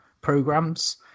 programs